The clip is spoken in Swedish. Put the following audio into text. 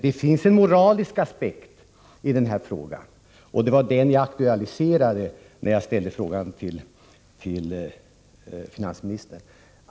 Det finns en moralisk aspekt också på denna fråga, och det var den jag aktualiserade när jag ställde frågan till finansministern.